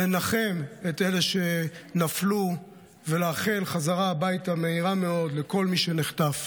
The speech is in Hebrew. לנחם את אלה שנפלו ולאחל חזרה מהירה מאוד הביתה לכל מי שנחטף.